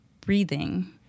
breathing